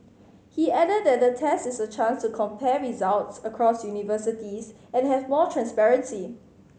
he added that the test is a chance to compare results across universities and have more transparency